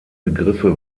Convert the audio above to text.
begriffe